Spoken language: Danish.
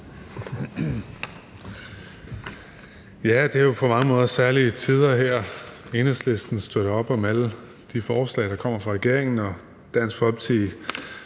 Det er jo på mange måder særlige tider her. Enhedslisten støtter op om alle de forslag, der kommer fra regeringen, og Dansk Folkeparti